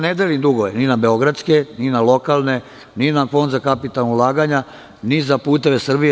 Ne delim dugove ni na beogradske, ni na lokalne, ni na Fond za kapitalna ulaganja, ni za "Puteve Srbije"